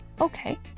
Okay